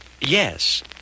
Yes